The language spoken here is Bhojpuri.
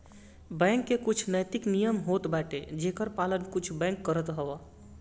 बैंक के कुछ नैतिक नियम होत बाटे जेकर पालन कुछ बैंक करत हवअ